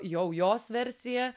jau jos versiją